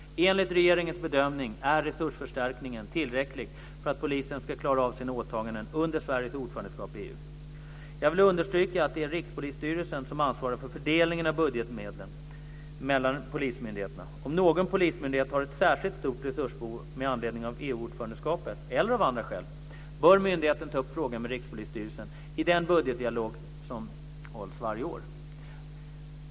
Enligt regeringens bedömning är resursförstärkningen tillräcklig för att polisen ska klara av sina åtaganden under Sveriges ordförandeskap i EU. Jag vill understryka att det är Rikspolisstyrelsen som ansvarar för fördelningen av budgetmedel mellan polismyndigheterna. Om någon polismyndighet har ett särskilt stort resursbehov med anledning av EU ordförandeskapet - eller av andra skäl - bör myndigheten ta upp frågan med Rikspolisstyrelsen i den budgetdialog som hålls varje år.